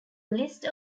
list